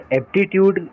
aptitude